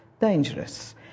dangerous